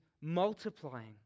multiplying